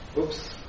oops